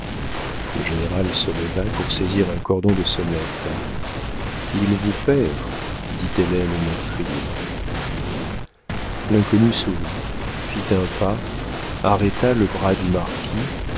le général se leva pour saisir un cordon de sonnette il vous perd dit hélène au meurtrier l'inconnu sourit fit un pas arrêta le bras du marquis